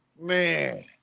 man